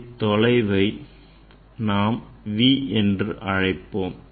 இத்தொலைவை நாம் v என்று அழைப்போம்